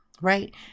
right